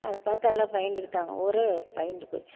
அதைப் பார்த்து எல்லாம் பயந்துக்கிட்டாங்க ஊரே பயந்து போச்சு